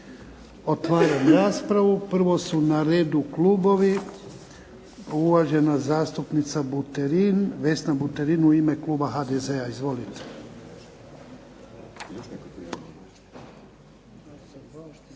Otvaram raspravu. Prvo su na redu klubovi. Uvažena zastupnica Buterin, Vesna Buterin, u ime kluba HDZ-a. Izvolite. **Buterin,